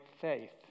faith